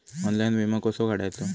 Online विमो कसो काढायचो?